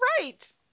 right